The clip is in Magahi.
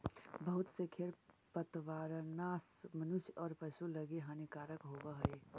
बहुत से खेर पतवारनाश मनुष्य औउर पशु लगी हानिकारक न होवऽ हई